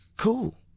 cool